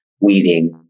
weeding